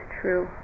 true